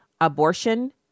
Abortion